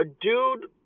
dude